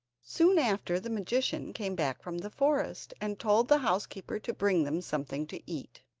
soon after, the magician came back from the forest, and told the housekeeper to bring them something to eat.